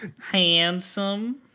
handsome